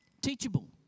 Teachable